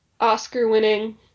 Oscar-winning